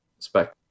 spec